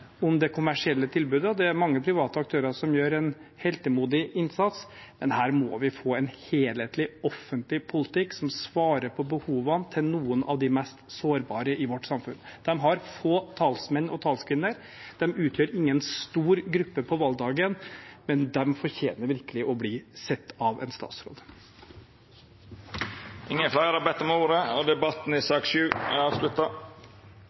om det kommersielle tilbudet i forrige debatt. Det er mange private aktører som gjør en heltemodig innsats, men her må vi få en helhetlig, offentlig politikk som svarer på behovene til noen av de mest sårbare i samfunnet vårt. De har få talsmenn og talskvinner. De utgjør ingen stor gruppe på valgdagen, men de fortjener virkelig å bli sett av en statsråd. Fleire har ikkje bedt om ordet